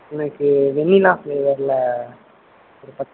எனக்கு வெண்ணிலா ஃபிளேவரில் ஒரு பத்து